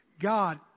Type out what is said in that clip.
God